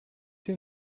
hier